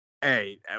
Hey